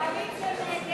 שמבקשות להוסיף תקציב לשנת